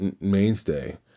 mainstay